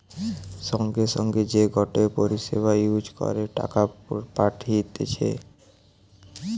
সঙ্গে সঙ্গে যে গটে পরিষেবা ইউজ করে টাকা পাঠতিছে